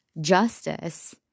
Justice